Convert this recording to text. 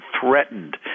threatened